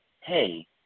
hey